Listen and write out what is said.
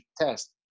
test